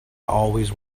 always